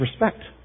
respect